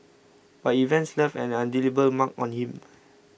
but events left an indelible mark on him